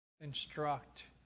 instruct